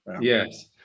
Yes